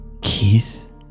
Keith